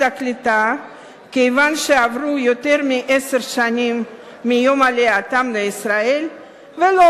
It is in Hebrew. הקליטה כיוון שעברו יותר מעשר שנים מיום עלייתן לישראל והן לא